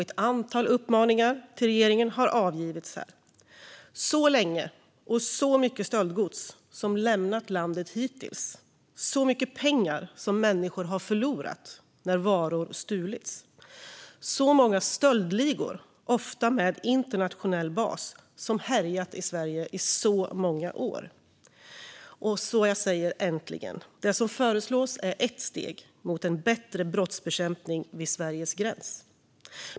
Ett antal uppmaningar till regeringen har avgivits. Så länge det har pågått, så mycket stöldgods som har lämnat landet hittills och så mycket pengar som människor förlorat när varor stulits! Så många stöldligor, ofta med internationell bas, som har härjat i Sverige i så många år! Äntligen! Det som föreslås är ett steg mot en bättre brottsbekämpning vid Sveriges gräns.